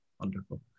wonderful